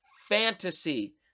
fantasy